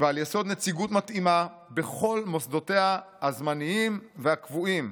ועל יסוד נציגות מתאימה בכל מוסדותיה הזמניים והקבועים.